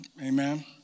Amen